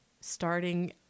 starting